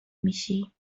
میشی